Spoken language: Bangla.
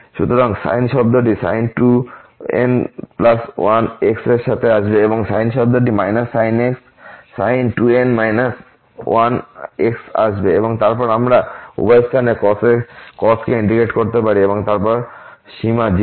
সুতরাং সাইন শব্দটি sin 2n1x এর সাথে আসবে এবং সাইন শব্দটি sin আসবে এবং তারপর আমরা উভয় স্থানে এই cos কে ইন্টিগ্রেট করতে পারি এবং তারপর সীমা 0 থেকে